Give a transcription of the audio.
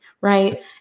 right